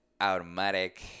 automatic